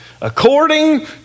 according